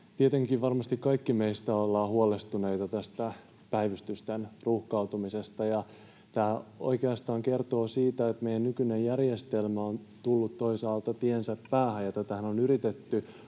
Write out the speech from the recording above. Tietenkin varmasti kaikki me olemme huolestuneita tästä päivystysten ruuhkautumisesta, ja tämä oikeastaan kertoo siitä, että meidän nykyinen järjestelmämme on tullut toisaalta tiensä päähän, ja tätähän on yritetty